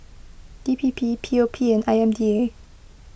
D P P P O P and I M D A